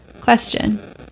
Question